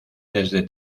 desde